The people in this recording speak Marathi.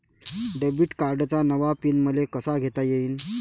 डेबिट कार्डचा नवा पिन मले कसा घेता येईन?